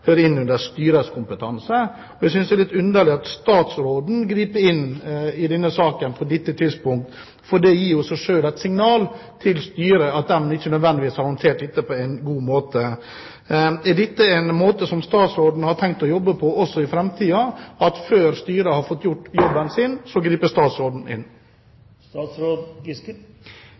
styrets kompetanse. Jeg synes det er litt underlig at statsråden griper inn i denne saken på dette tidspunkt, for det gir i seg selv et signal til styret om at de ikke nødvendigvis har håndtert dette på en god måte. Er dette en måte som statsråden har tenkt å jobbe på også i framtiden, at før styret har fått gjort jobben sin, griper statsråden inn? Jeg tror at en av oppgavene til en statsråd